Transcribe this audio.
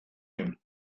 you